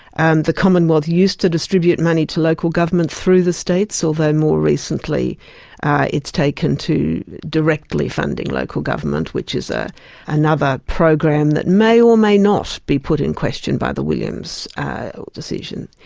and the commonwealth used to distribute money to local government through the states, although more recently it's taken to directly funding local government, which is ah another program that may or may not be put in question by the williams decision.